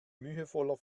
mühevoller